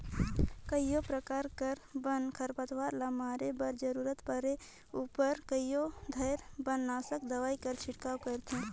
कइयो परकार कर बन, खरपतवार ल मारे बर जरूरत परे उपर कइयो धाएर बननासक दवई कर छिड़काव करथे